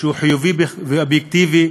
שהוא חיובי ואובייקטיבי.